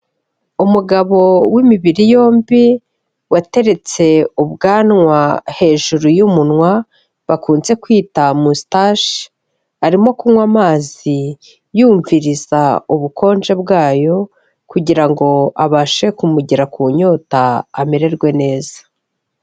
Umugabo w'imibiri yombi, wateretse ubwanwa hejuru y'umunwa bakunze kwita mostashi, arimo kunywa amazi yumviriza ubukonje bwayo, kugira ngo abashe kumugera ku nyota amererwe neza.